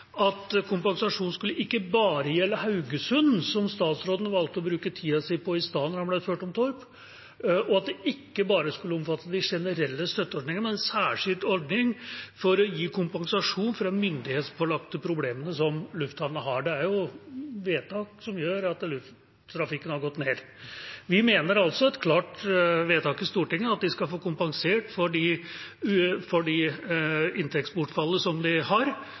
at kompensasjonen ikke bare skulle gjelde Haugesund, som statsråden valgte å bruke tida si på i stad, da han ble spurt om Torp, og at det ikke bare skulle omfatte de generelle støtteordningene, men at det skulle være en særskilt ordning for å gi kompensasjon for de myndighetspålagte problemene som lufthavnene har. Det er jo vedtak som gjør at flytrafikken har gått ned. Gjennom et klart vedtak i Stortinget sier vi at de skal bli kompensert for det inntektsbortfallet de har, selvfølgelig fratrukket kostnader de